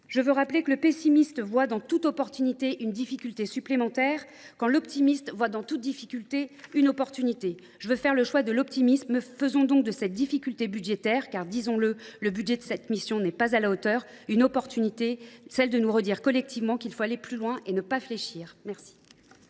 je veux rappeler que le pessimiste voit dans toute opportunité une difficulté supplémentaire, quand l’optimiste voit dans toute difficulté une opportunité. Je veux faire le choix de l’optimisme : faisons de cette difficulté budgétaire – car, disons le, le budget de cette mission n’est pas à la hauteur – une opportunité, celle de réaffirmer collectivement qu’il faut aller plus loin et ne pas fléchir !